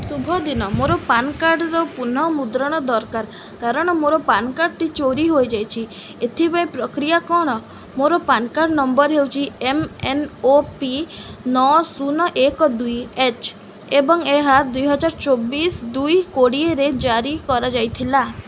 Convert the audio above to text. ଶୁଭ ଦିନ ମୋର ପାନ୍ କାର୍ଡ଼ର ପୁନଃମୁଦ୍ରଣ ଦରକାର କାରଣ ମୋର ପାନ୍ କାର୍ଡ଼ଟି ଚୋରି ହୋଇଯାଇଛି ଏଥିପାଇଁ ପ୍ରକ୍ରିୟା କ'ଣ ମୋର ପାନ୍ କାର୍ଡ଼ ନମ୍ବର ହେଉଛି ଏମ୍ ଏନ୍ ଓ ପି ନଅ ଶୂନ ଏକ ଦୁଇ ଏଚ୍ ଏବଂ ଏହା ଦୁଇ ହଜାର ଚବିଶ ଦୁଇ କୋଡ଼ିଏରେ ଜାରି କରାଯାଇଥିଲା